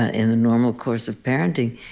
ah in the normal course of parenting,